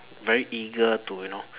very eager to you know